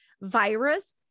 virus